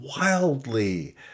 wildly